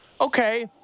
okay